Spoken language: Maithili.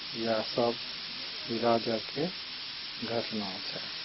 इएह सब राजकके घटना छै